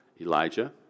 Elijah